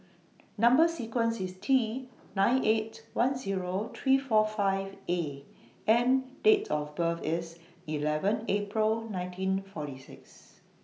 Number sequence IS T nine eight one Zero three four five A and Date of birth IS eleven April nineteen forty six